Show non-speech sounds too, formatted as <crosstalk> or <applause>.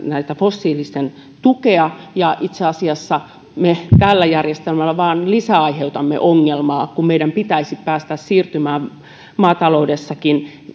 fossiilisten tukea ja itse asiassa me tällä järjestelmällä vain aiheutamme lisää ongelmaa kun meidän pitäisi päästä siirtymään maataloudessakin <unintelligible>